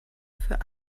für